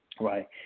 right